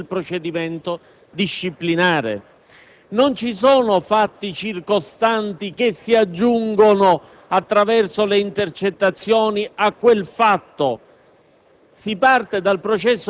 Non ci sono fatti circostanti che si aggiungono attraverso le intercettazioni a quel fatto.